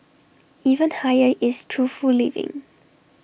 even higher is truthful living